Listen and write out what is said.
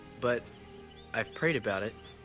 but i've prayed about it